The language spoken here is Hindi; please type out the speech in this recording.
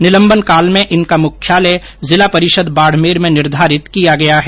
निलंबन काल में इनका मुख्यालय जिला परिषद बाडमेर में निर्धारित किया गया है